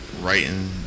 writing